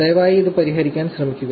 ദയവായി ഇത് പരിഹരിക്കാൻ ശ്രമിക്കുക